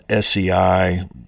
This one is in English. SEI